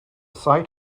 site